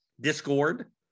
discord